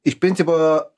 iš principo